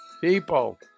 people